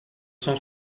cent